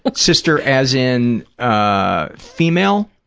but sister, as in ah female?